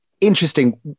interesting